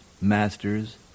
masters